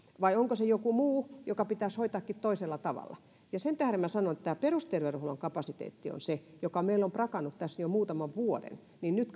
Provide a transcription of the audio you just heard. vai onko se joku muu joka pitäisikin hoitaa toisella tavalla ja sen tähden minä sanon että tämä perusterveydenhuollon kapasiteetti on se joka meillä on prakannut tässä jo muutaman vuoden ja nyt